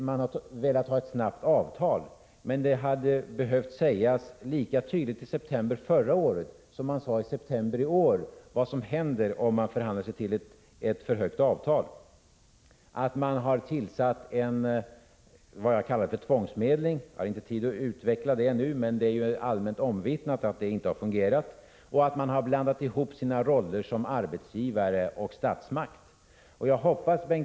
Man har velat ha ett snabbt avtal, men det hade behövt sägas lika tydligt i september förra året som i september i år vad som händer om man förhandlar sig till ett för högt avtal. Regeringen har åstadkommit vad jag kallar för tvångsmedling — jag har inte tid att utveckla detta nu, men det är allmänt omvittnat att det inte har fungerat och att man har blandat ihop sina roller som arbetsgivare och statsmakt. Bengt K.